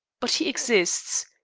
but he exists.